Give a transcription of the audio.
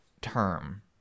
term